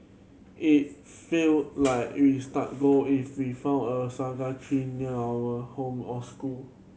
it feel like we stuck gold if we found a saga tree near our home or school